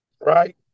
right